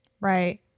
Right